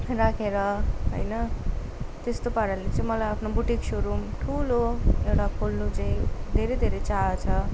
राखेर होइन त्यस्तो पाराले चाहिँ मलाई आफ्नो बुटिक सोरूम ठुलो एउटा खोल्नु चाहिँ धेरै धेरै चाह छ